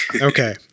Okay